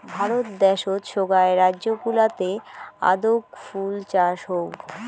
ভারত দ্যাশোত সোগায় রাজ্য গুলাতে আদৌক ফুল চাষ হউ